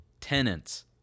tenants